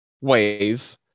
wave